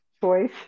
choice